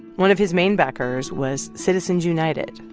one of his main backers was citizens united,